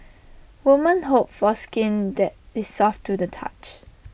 women hope for skin that is soft to the touch